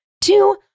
Two –